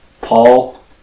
Paul